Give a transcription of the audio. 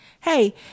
hey